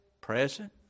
present